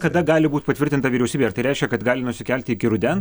kada gali būt patvirtinta vyriausybė ar tai reiškia kad gali nusikelti iki ruden